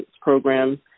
programs